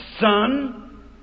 son